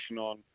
on